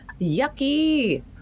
yucky